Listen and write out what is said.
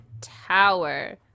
tower